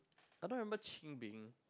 I don't remember Ching-Ming